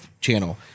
channel